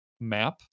map